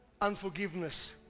Unforgiveness